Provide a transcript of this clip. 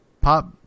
pop